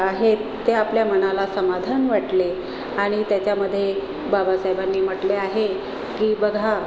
आहेत ते आपल्या मनाला समाधान वाटले आणि त्याच्यामध्ये बाबासाहेबांनी म्हटले आहे की बघा